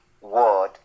word